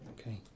Okay